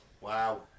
Wow